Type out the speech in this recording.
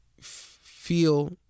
feel